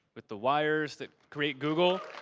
with the wires that create google?